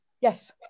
yes